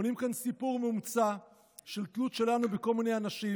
בונים כאן סיפור מומצא של תלות שלנו בכל מיני אנשים,